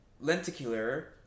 lenticular